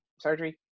surgery